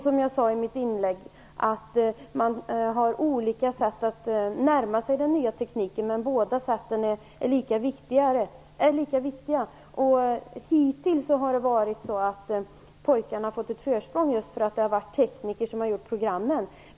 Som jag sade tidigare har man olika sätt att närma sig den nya tekniken, men båda sätten är lika viktiga. Hittills har pojkarna fått ett försprång just därför att det är tekniker som har gjort programmen.